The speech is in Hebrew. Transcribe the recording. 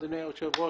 אדוני היושב-ראש,